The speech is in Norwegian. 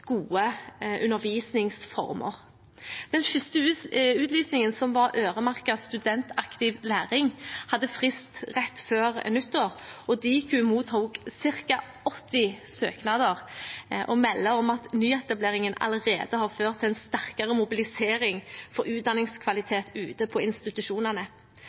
gode undervisningsformer. Den første utlysningen, som var øremerket studentaktiv læring, hadde frist rett før nyttår. Diku mottok ca. 80 søknader og melder om at nyetableringen allerede har ført til en sterkere mobilisering for utdanningskvalitet ute på institusjonene.